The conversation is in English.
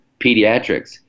Pediatrics